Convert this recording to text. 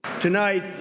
Tonight